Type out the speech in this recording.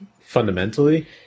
fundamentally